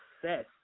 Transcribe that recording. success